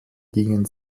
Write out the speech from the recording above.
gingen